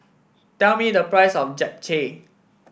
tell me the price of Japchae